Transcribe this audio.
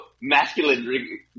masculine